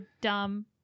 dumb